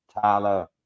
Tyler